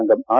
അംഗം ആർ